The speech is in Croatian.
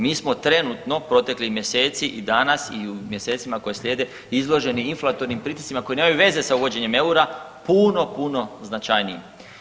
Mi smo trenutno proteklih mjeseci i danas i u mjesecima koji slijede izloženi inflatornim pritiscima koji nemaju veze sa uvođenjem EUR-a puno, puno značajnijim.